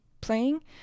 playing